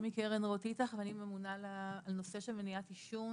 שמי קרן רוט איטח ואני ממונה על נושא מניעת עישון,